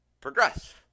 progress